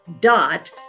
dot